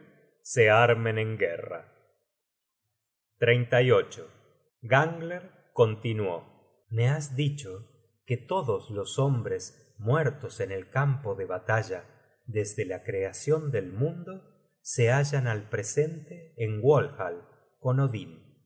se armen en guerra content from google book search generated at gangler continuó me has dicho que todos los hombres muertos en el campo de batalla desde la creacion del mundo se hallan al presente en walhall con odin